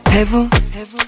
Heaven